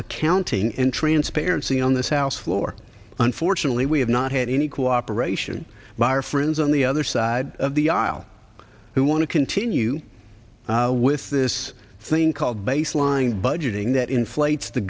accounting and transparency on this house floor unfortunately we have not had any cooperation by our friends on the other side of the aisle who want to continue with this thing called baseline budgeting that inflates the